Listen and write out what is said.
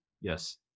Yes